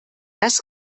das